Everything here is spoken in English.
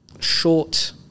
short